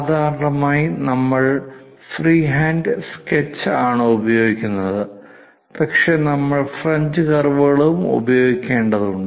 സാധാരണയായി നമ്മൾ freehand sketch ആണ് ഉപയോഗിക്കുന്നത് പക്ഷേ നമ്മൾ ഫ്രഞ്ച് കർവുകളും ഉപയോഗിക്കേണ്ടതുണ്ട്